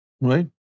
Right